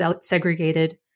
segregated